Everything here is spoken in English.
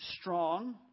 strong